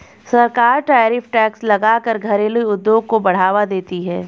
सरकार tariff tax लगा कर घरेलु उद्योग को बढ़ावा देती है